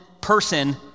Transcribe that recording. person